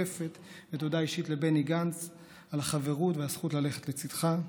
ותודה אישית לבני גנץ על החברות והזכות ללכת לצידך.